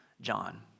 John